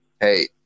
hey